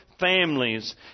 families